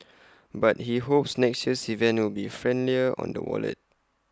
but he hopes next year's event will be friendlier on the wallet